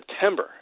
September